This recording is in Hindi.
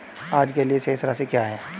आज के लिए शेष राशि क्या है?